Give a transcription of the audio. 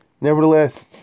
nevertheless